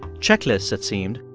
checklists, it seemed,